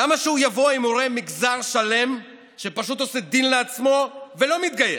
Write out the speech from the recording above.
למה שהוא יבוא אם הוא רואה מגזר שלם שפשוט עושה דין לעצמו ולא מתגייס,